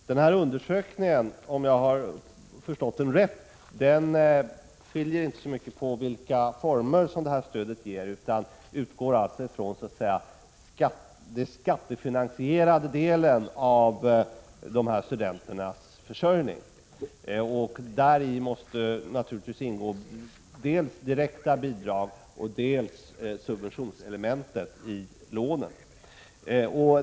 Fru talman! Den här undersökningen, om jag har förstått den rätt, skiljer inte så mycket på i vilka former stödet ges, utan den utgår ifrån så att säga den skattefinansierade delen av studenternas försörjning. Däri måste naturligtvis ingå dels direkta bidrag, dels subventionselementet i lånen.